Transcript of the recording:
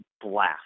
blast